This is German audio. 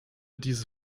diese